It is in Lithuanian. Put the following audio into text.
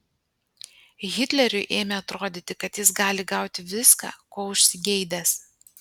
hitleriui ėmė atrodyti kad jis gali gauti viską ko užsigeidęs